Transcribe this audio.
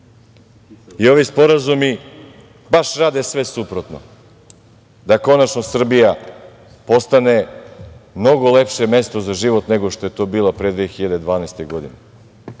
ovi sporazumi baš rade sve suprotno. Da konačno Srbija postane mnogo lepše mesto za život nego što je to bila pre 2012. godine.